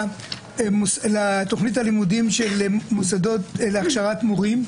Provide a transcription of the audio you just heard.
לתוכנית הלימודים של מוסדות להכשרת מורים,